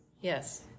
Yes